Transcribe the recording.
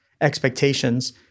expectations